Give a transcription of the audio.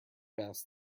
best